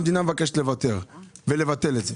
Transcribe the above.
המדינה מבקשת לוותר ולבטל את זה,